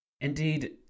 Indeed